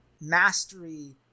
mastery